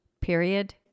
period